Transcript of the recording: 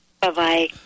Bye-bye